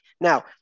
Now